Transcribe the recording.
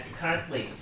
currently